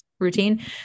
Routine